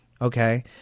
Okay